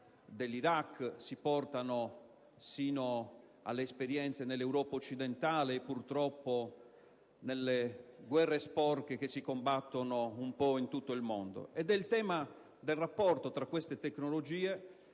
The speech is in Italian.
in Iraq si portano sino all'esperienza nell'Europa occidentale e, purtroppo, nelle guerra sporche che si combattono un po' in tutto il mondo. È il tema del rapporto tra queste tecnologie